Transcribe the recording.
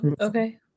Okay